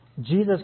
Jesus